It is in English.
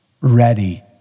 ready